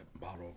bottle